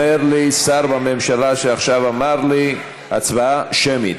אומר לי שר בממשלה, עכשיו אמר לי: הצבעה שמית.